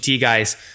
guys